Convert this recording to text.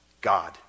God